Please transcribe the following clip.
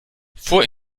vor